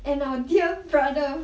and our dear brother